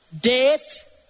death